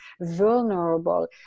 vulnerable